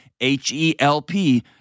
H-E-L-P